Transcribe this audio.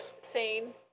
Sane